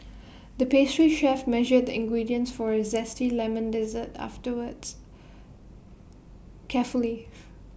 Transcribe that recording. the pastry chef measured the ingredients for A Zesty Lemon Dessert afterwards carefully